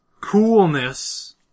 Coolness